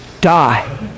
die